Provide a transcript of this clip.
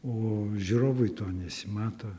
o žiūrovui to nesimato